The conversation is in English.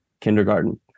kindergarten